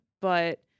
but-